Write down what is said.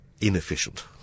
inefficient